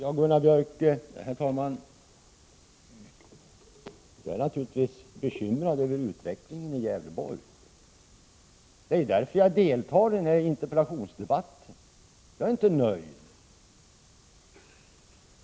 Herr talman! Jag är naturligtvis bekymrad över utvecklingen i Gävleborg, Gunnar Björk. Det är ju därför jag deltar i den här interpellationsdebatten. Jag är inte nöjd.